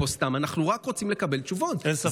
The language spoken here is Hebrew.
אנחנו רק רוצים לקבל תשובות,